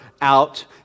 out